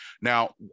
Now